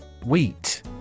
wheat